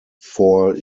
four